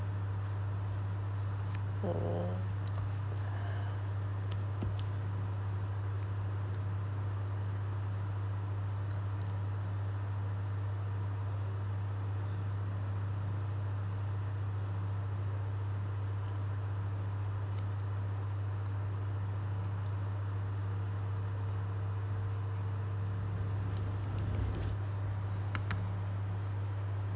mm